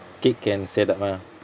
cake can set up ah